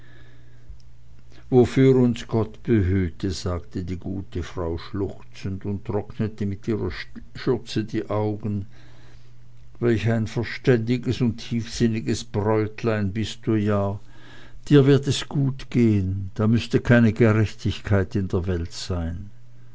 wofür uns gott behüte sagte die gute frau schluchzend und trocknete mit ihrer schürze die augen welch ein verständiges und tiefsinniges bräutlein bist du ja dir wird es gut gehen da müßte keine gerechtigkeit in der welt sein